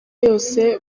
yose